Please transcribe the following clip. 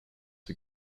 qui